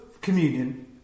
communion